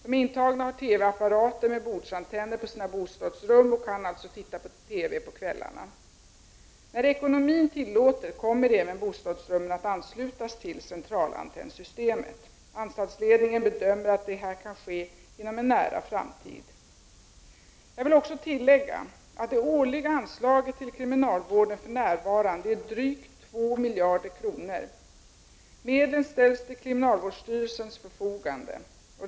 De intagna har TV-apparater med bordsantenner på sina bostadsrum och kan alltså titta på TV på kvällarna. När ekonomin tillåter kommer även bostadsrummen att anslutas till centralantennsystemet. Anstaltsledningen bedömer att detta kan ske inom en nära framtid. Jag vill också tillägga att det årliga anslaget till kriminalvården för närvarande är drygt 2 miljarder kronor. Medlen ställs till kriminalvårdsstyrelsens förfogande.